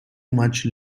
much